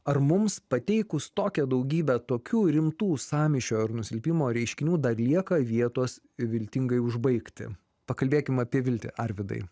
ar mums pateikus tokią daugybę tokių rimtų sąmyšio ar nusilpimo reiškinių dar lieka vietos viltingai užbaigti pakalbėkim apie viltį arvydai